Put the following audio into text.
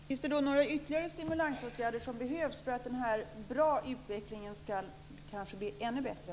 Fru talman! Behövs det då några ytterligare stimulansåtgärder för att denna goda utveckling ska bli ännu bättre?